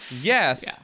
Yes